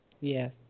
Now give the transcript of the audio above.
yes